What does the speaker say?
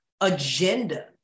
agenda